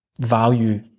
value